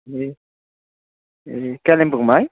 ए ए कालिम्पोङमा है